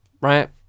right